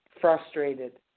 frustrated